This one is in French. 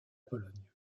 pologne